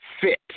fit